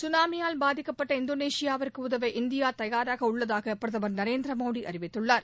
சுனாமியால் பாதிக்கப்பட்ட இந்தோனேஷியாவிற்கு உதவ இந்தியா தயாராக உள்ளதாக பிரதமர் திரு நரேந்திர மோடி அறிவித்துள்ளார்